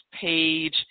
page